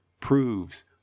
proves